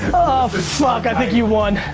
fuck, i think you won!